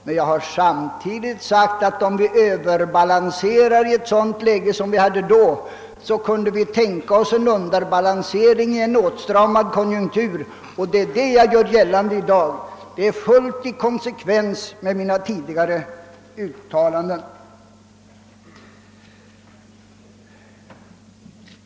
Men jag har samtidigt sagt att om vi överbalanserar budgeten i en högkonjunktur måste vi tänka oss en underbalansering i en åtstramad konjunktur. Det är det jag velat göra gällande i dag och det är fullt i konsekvens med mina tidigare uttalanden.